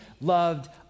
loved